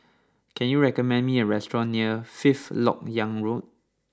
can you recommend me a restaurant near Fifth Lok Yang Road